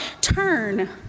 turn